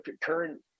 current